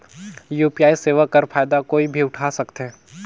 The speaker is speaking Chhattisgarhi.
यू.पी.आई सेवा कर फायदा कोई भी उठा सकथे?